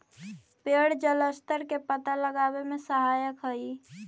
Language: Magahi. पेड़ जलस्तर के पता लगावे में सहायक हई